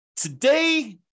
Today